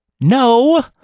No